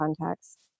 context